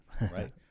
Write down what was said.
right